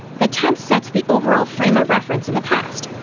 the tense sets the overall frame of reference in the past,